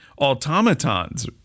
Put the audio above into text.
automatons